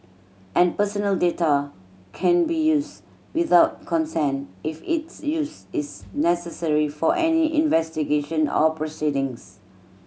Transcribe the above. and personal data can be used without consent if its use is necessary for any investigation or proceedings